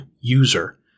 user